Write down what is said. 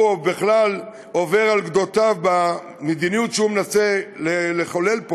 הוא בכלל עובר על גדותיו במדיניות שהוא מנסה לחולל פה.